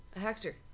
Hector